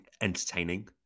entertaining